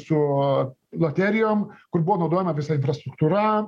su loterijom kur buvo naudojama visa infrastruktūra